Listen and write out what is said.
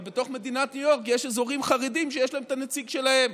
אבל בתוך מדינת ניו יורק יש אזורים חרדיים שיש להם את הנציג שלהם.